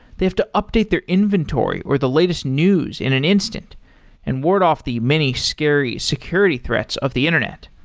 they have to update their inventory or the latest news in an instant and ward off the many scary security threats of the internet.